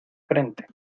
frente